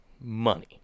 money